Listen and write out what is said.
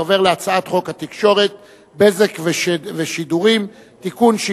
אני עובר להצעת חוק התקשורת (בזק ושידורים) (תיקון,